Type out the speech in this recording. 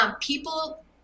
people